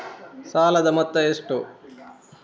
ಸಾಲದ ಮೊತ್ತ ಎಷ್ಟು?